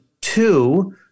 two